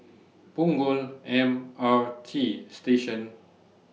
Punggol M R T Station